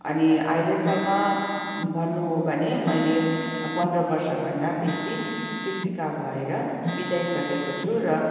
अनि अहिलेसम्म भन्नु हो भने मैले पन्ध्र वर्षभन्दा बेसी शिक्षिका भएर बिताइसकेको छु र